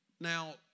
Now